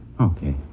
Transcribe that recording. Okay